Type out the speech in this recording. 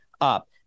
up